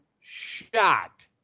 shot